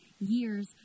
years